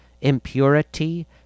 impurity